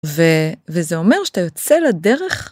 וזה אומר שאתה יוצא לדרך?